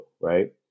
right